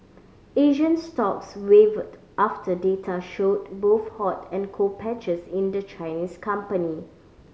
Asian stocks wavered after data showed both hot and cold patches in the Chinese company